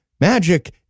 magic